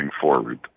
forward